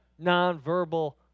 nonverbal